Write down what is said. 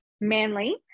Manly